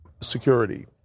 security